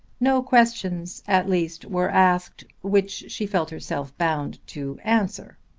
no questions, at least, were asked which she felt herself bound to answer.